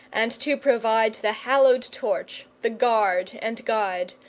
and to provide the hallowed torch, the guard and guide.